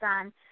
on